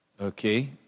Okay